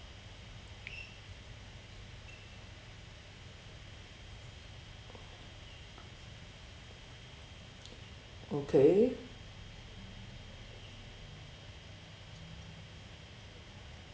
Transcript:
okay